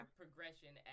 progression